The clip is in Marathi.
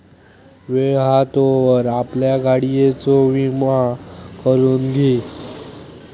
वेळ हा तोवर आपल्या गाडियेचो विमा करून घी